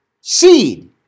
seed